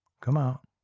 come out.